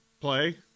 play